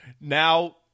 now